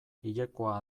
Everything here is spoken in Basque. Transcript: hilekoa